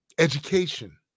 Education